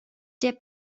der